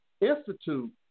Institute